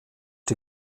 die